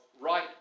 right